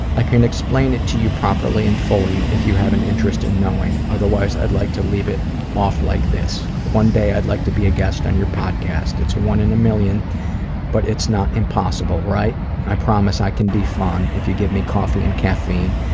i can explain it to you properly and fully if you have an interest in knowing, otherwise i'd like to leave it off like this. one day i'd like to be a guest on your podcast. it's a one-in-a-million but it's not impossible, right? i promise i can be fun. if you give me coffee and caffeine,